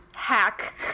hack